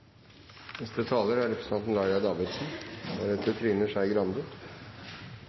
Neste taler er representanten